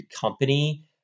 Company